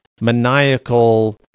maniacal